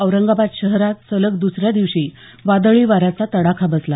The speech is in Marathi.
औरंगाबाद शहरात सलग दुसऱ्या दिवशी वादळी वाऱ्याचा तडाखा बसला